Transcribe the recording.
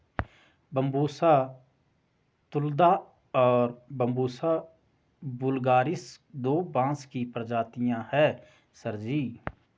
Bambusa तुलदा और बंबूसा वुल्गारिस दो बांस की प्रजातियां हैं सर जी